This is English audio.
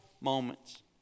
moments